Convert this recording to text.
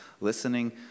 listening